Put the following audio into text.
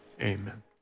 amen